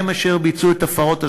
הם אשר ביצעו את הפרות הסדר.